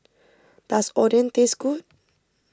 does Oden taste good